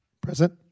Present